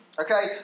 okay